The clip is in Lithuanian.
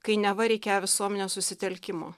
kai neva reikėjo visuomenės susitelkimo